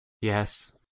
yes